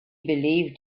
believed